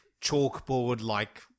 chalkboard-like